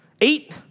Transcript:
Eight